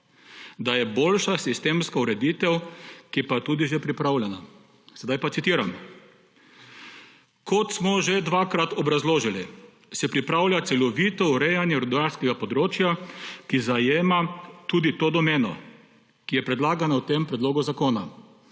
da je boljša sistemska ureditev, ki pa je tudi že pripravljena. Sedaj pa citiram: »Kot smo že dvakrat obrazložili, se pripravlja celovito urejanje rudarskega področja, ki zajema tudi to domeno, ki je predlagana v tem predlogu zakona.